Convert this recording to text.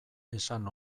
esan